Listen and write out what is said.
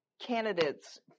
candidates